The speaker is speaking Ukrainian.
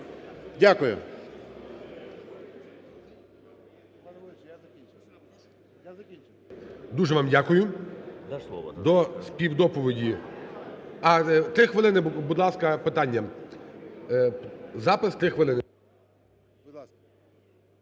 Дуже вам дякую. До співдоповіді… А!? Три хвилини, будь ласка, питання. Запис – три хвилини.